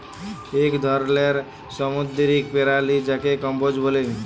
ইক ধরলের সামুদ্দিরিক পেরালি যাকে কম্বোজ ব্যলে